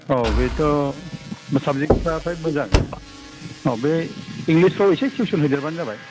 औ बेथ' साबजेक्ट फ्राथ मोजां बे इंलिसफ्राव एसे टिउसन होदेरबानो जाबाय